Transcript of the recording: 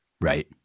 Right